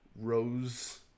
Rose